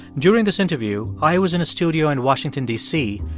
during this interview, i was in a studio in washington, d c,